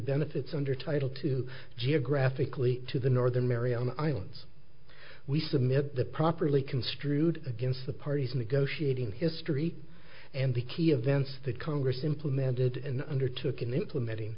benefits under title two geographically to the northern mariana islands we submit the properly construed against the parties negotiating history and the key events that congress implemented in undertook in implementing